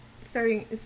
starting